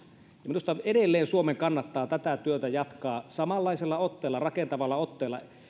minusta edelleen suomen kannattaa jatkaa tätä työtä samanlaisella rakentavalla otteella